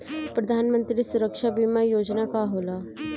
प्रधानमंत्री सुरक्षा बीमा योजना का होला?